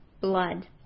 blood